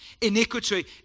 Iniquity